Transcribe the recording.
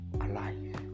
alive